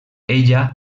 ella